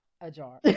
ajar